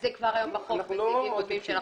זה כבר היום בחוק בסעיפים רבים,